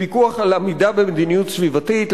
לפיקוח על עמידה במדיניות סביבתית,